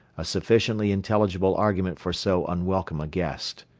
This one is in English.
a sufficiently intelligible argument for so unwelcome a guest.